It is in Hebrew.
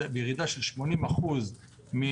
בירידה של 80% מה